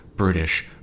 British